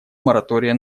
моратория